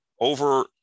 over